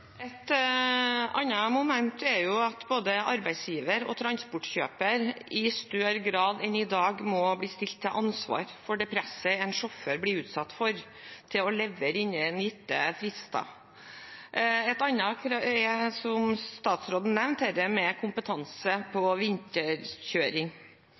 Et annet moment er at både arbeidsgiver og transportkjøper i større grad enn i dag må bli stilt til ansvar for det presset en sjåfør blir utsatt for til å levere innen gitte frister. Et moment som statsråden også nevnte, er kompetanse